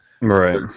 Right